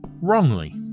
wrongly